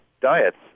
diets